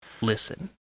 listen